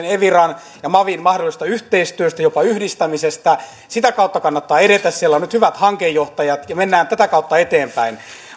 eviran ja mavin mahdollisesta yhteistyöstä jopa yhdistämisestä sitä kautta kannattaa edetä siellä on nyt hyvät hankejohtajat ja mennään tätä kautta eteenpäin